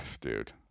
Dude